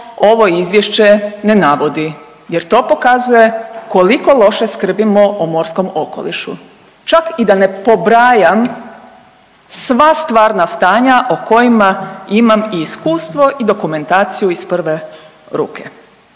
ovo izvješće ne navodi jer to pokazuje koliko loše skrbimo o morskom okolišu. Čak i da ne pobrajam sva stvarna stanja o kojima imam i iskustvo i dokumentaciju iz prve ruke.